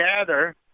gather